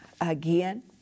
again